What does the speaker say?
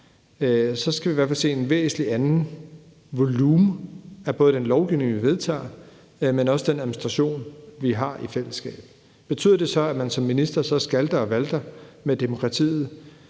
fald se en væsentlig anden volumen af både den lovgivning, vi vedtager, men også af den administration, vi har i fællesskab. Betyder det så, at man som minister skalter og valter med demokratiet,